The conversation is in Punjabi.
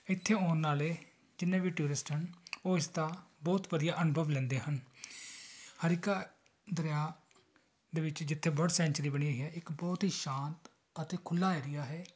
ਇੱਥੇ ਆਉਣ ਵਾਲੇ ਜਿੰਨੇ ਵੀ ਟੂਰਿਸਟ ਹਨ ਉਹ ਇਸਦਾ ਬਹੁਤ ਵਧੀਆ ਅਨੁਭਵ ਲੈਂਦੇ ਹਨ ਹਰੀਕਾ ਦਰਿਆ ਦੇ ਵਿੱਚ ਜਿੱਥੇ ਬਰਡ ਸੈਂਚਰੀ ਬਣੀ ਹੋਈ ਹੈ ਇੱਕ ਬਹੁਤ ਹੀ ਸ਼ਾਂਤ ਅਤੇ ਖੁੱਲ੍ਹਾ ਏਰੀਆ ਹੈ